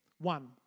one